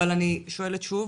אבל אני שואלת שוב.